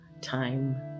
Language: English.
Time